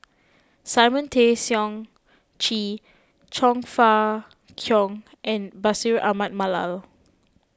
Simon Tay Seong Chee Chong Fah Cheong and Bashir Ahmad Mallal